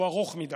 הוא ארוך מדי.